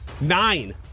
nine